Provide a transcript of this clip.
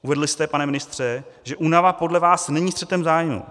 Uvedl jste, pane ministře, že únava podle vás není střetem zájmů.